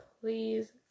please